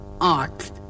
art